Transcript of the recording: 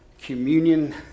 communion